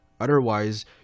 Otherwise